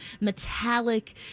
metallic